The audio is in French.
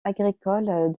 agricoles